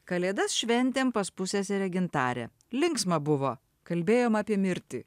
kalėdas šventėm pas pusseserę gintarę linksma buvo kalbėjom apie mirtį